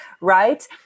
right